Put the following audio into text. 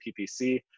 PPC